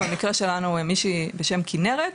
במקרה שלנו מישהו בשם כנרת.